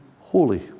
holy